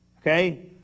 Okay